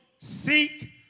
seek